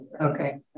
Okay